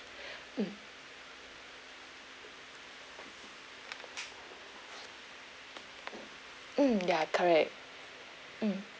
mm mm ya correct mm